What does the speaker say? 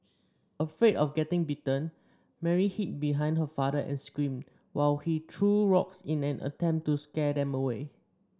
afraid of getting bitten Mary hid behind her father and screamed while he threw rocks in an attempt to scare them away